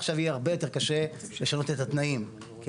עכשיו יהיה הרבה יותר קשה לשנות את התנאים כי